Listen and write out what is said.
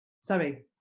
sorry